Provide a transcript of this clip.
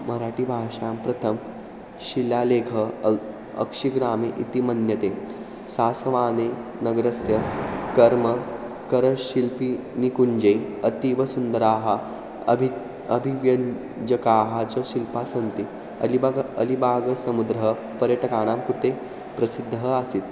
मराठीभाषां प्रथमं शिलालेखः अक्षिग्रामे इति मन्यते सास्वाने नगरस्य कर्म करशिल्पि निकुञ्जे अतीवसुन्दराः अभि अभिव्यन्जकाः च शिल्पास्सन्ति अलिबाग अलिबागसमुद्रः पर्यटकानां कृते प्रसिद्धः आसीत्